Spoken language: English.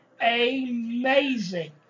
Amazing